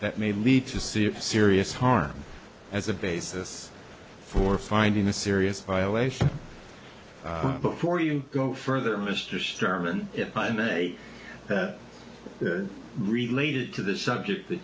that may lead to see a serious harm as a basis for finding a serious violation before you go further mr sherman if i may that related to the subject th